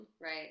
right